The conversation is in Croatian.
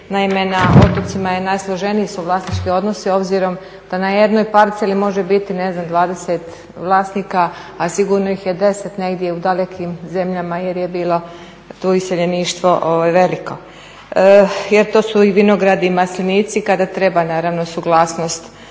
naime na otocima je najsloženiji su vlasnički odnosi obzirom da na jednoj parceli može biti ne znam 20 vlasnika a sigurno ih je 10 negdje u dalekim zemljama jer je bilo tu iseljeništvo veliko jer to su i vinogradi i maslinici kada treba naravno suglasnost